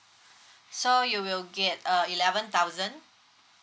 so you will get a eleven thousand